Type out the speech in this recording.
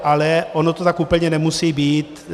Ale ono to tak úplně nemusí být.